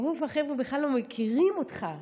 רוב החבר'ה בכלל לא מכירים אותך כאופוזיציה.